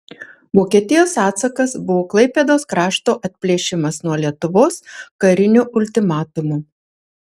vokietijos atsakas buvo klaipėdos krašto atplėšimas nuo lietuvos kariniu ultimatumu